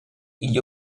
igl